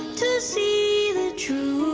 to see the truth